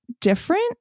different